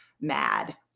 mad